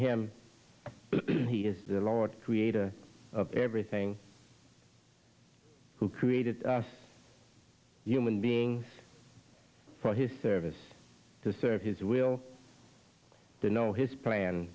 him he is the lord creator of everything who created a human being for his service to serve his will to know his plan